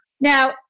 Now